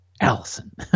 Allison